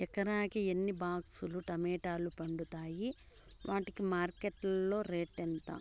ఎకరాకి ఎన్ని బాక్స్ లు టమోటాలు పండుతాయి వాటికి మార్కెట్లో రేటు ఎంత?